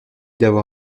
d’avoir